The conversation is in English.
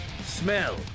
Smell